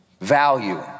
value